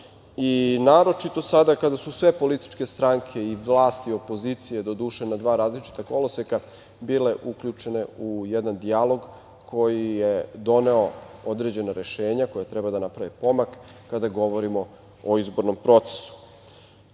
naročito sada kada su sve političke stranke i vlast i opozicija, doduše, na dva različita koloseka bile uključene u jedan dijalog koji je doneo određena rešenja koja treba da naprave pomak kada govorimo o izbornom procesu. Važno